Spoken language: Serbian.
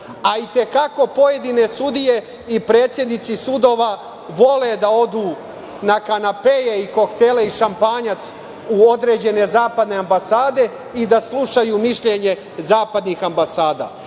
I te kako pojedine sudije i predsednici sudova vole da odu na kanapee i koktele i šampanjac u određene zapadne ambasade i da slušaju mišljenje zapadnih ambasada.